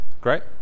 Great